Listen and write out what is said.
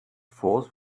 force